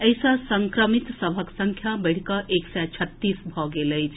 एहि सॅ संक्रमित सभक संख्या बढ़िकऽ एक सय छत्तीस भऽ गेल अछि